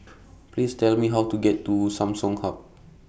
Please Tell Me How to get to Samsung Hub